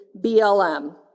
BLM